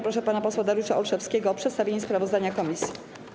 Proszę pana posła Dariusza Olszewskiego o przedstawienie sprawozdania komisji.